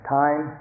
time